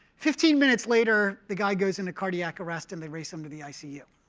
fifteen minutes later, the guy goes into cardiac arrest and they race him to the icu.